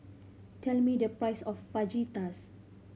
tell me the price of Fajitas